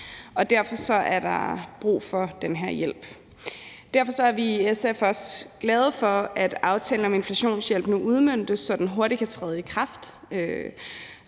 hvorfor der er brug for den her hjælp. Derfor er vi i SF også glade for, at aftalen om inflationshjælp nu udmøntes, så den kan træde i kraft